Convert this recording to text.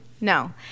No